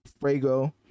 frago